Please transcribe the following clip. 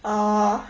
err